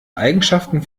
eigenschaften